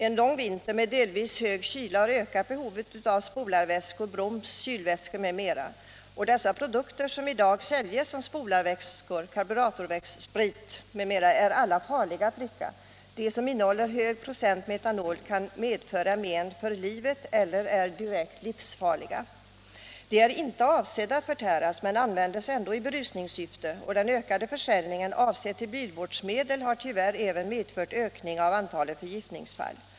En lång vinter med delvis hög kyla har ökat behovet av spolarvätskor, broms och kylarvätskor m.m. De produkter, som i dag säljs som spolarvätskor, karburatorsprit m.m., är alla farliga att dricka. De som innehåller hög procent metanol kan medföra men för livet eller är direkt livsfarliga. De är inte avsedda att förtäras men används ändå i berusningssyfte och den ökade försäljningen av produkterna, avsedda som bilvårdsmedel, har tyvärr även medfört en ökning av antalet förgiftningsfall.